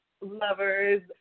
lovers